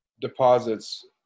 deposits